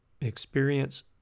experience